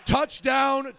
Touchdown